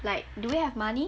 like do we have money